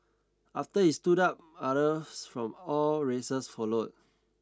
after he stood up others from all races followed